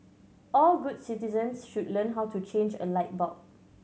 all good citizens should learn how to change a light bulb